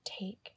take